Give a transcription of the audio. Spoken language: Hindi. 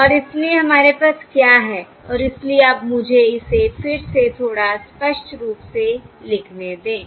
और इसलिए हमारे पास क्या है और इसलिए अब मुझे इसे फिर से थोड़ा स्पष्ट रूप से लिखने दें